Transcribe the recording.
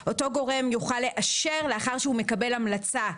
גורם יוכל לאשר, לאחר שהוא מקבל המלצה,